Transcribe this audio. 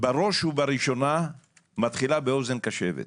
בראש ובראשונה מתחילה באוזן קשבת.